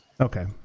Okay